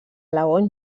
laon